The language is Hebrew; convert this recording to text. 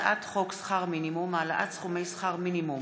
הצעת חוק שכר מינימום (העלאת סכומי שכר מינימום,